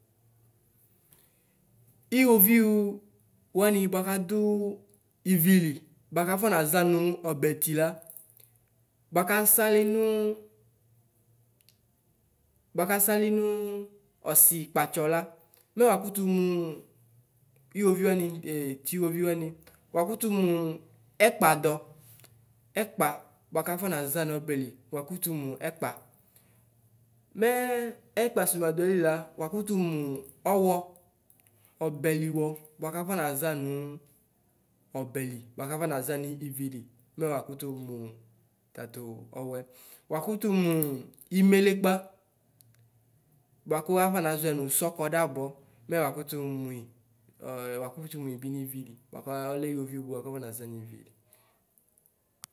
Iwovɩʋ wanɩ bʋakadʋ ivili bʋakafɔ naʒa nʋ ɔbɛtɩ la bʋakasalɩ nʋ bʋakasalɩ nʋ ɔsɩkpatsɔ la mɛ wakʋtʋ mʋ ɛkpadɔ ɛkpa bʋakafɔ naʒa nɔbɛlɩ wakʋtʋ mʋ ɛkpa mɛ ɛkpa sʋ nadʋ ayɩlɩ ma wakʋtʋ mʋ ɔwɔ ɔbɛlɩwɔ bʋakafɔ naʒa nʋ ɔbɛlɩ bʋakafɔ naʒa nʋ ivili mɛ wakʋtʋ mʋ tatʋ ɔwɛ wakʋtʋ mʋ ɩmelekpa bʋakʋ afɔ naʒɔɛ nʋ sɔxɔdabɔ mɛ wakʋtʋ mui wakʋtʋ mʋ mui bɩ nivili bʋakʋ ɔlɛ ɩwovɩʋ bʋakafɔ naʒa nʋ ivili.